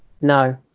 No